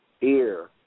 ear